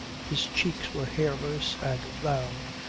his cheeks were hairless and round,